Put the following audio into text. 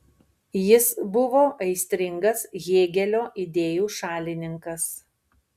jis buvo aistringas hėgelio idėjų šalininkas